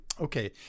Okay